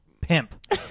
pimp